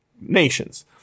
nations